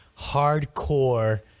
hardcore